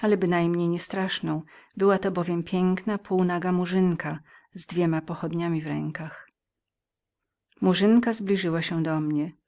ale bynajmniej nie straszną była to bowiem piękna do pół naga murzynka z pochodnią w każdej ręce murzynka zbliżyła się